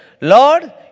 Lord